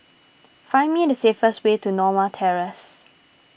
find me the see fast way to Norma Terrace